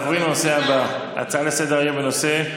אנחנו עוברים לנושא הבא, הצעה לסדר-היום בנושא: